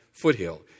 Foothill